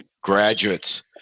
graduates